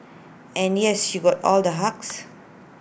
and yes she got all the hugs